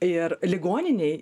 ir ligoninėj